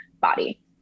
body